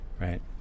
right